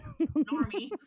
Normie